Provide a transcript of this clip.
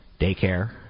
daycare